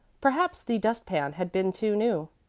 perhaps the dust-pan had been too new.